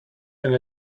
and